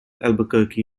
albuquerque